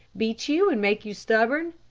beat you and make you stubborn?